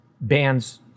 bands